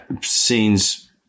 scenes